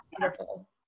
wonderful